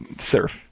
surf